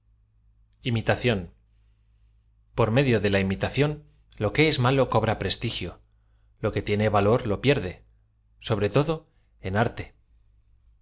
itación por medio de la imitación lo que es malo cobra preatigio lo que tiene valo r lo pierde sobre todo en arte